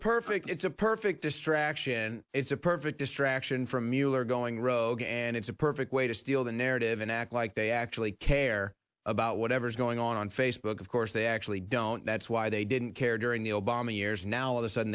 perfect it's a perfect distraction it's a perfect distraction from you are going rogue and it's a perfect way to steal the narrative and act like they actually care about whatever's going on on facebook of course they actually don't that's why they didn't care during the obama years now all the sudden